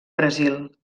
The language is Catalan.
brasil